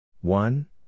One